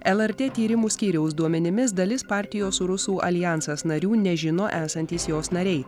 lrt tyrimų skyriaus duomenimis dalis partijos rusų aljansas narių nežino esantys jos nariai